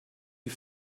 die